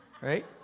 right